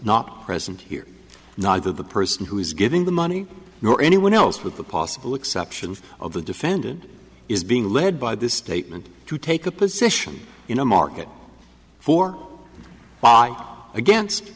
not present here not the person who is giving the money nor anyone else with the possible exception of the defendant is being led by this statement to take a position in a market for against